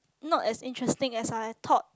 not as interesting as I thought